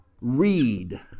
read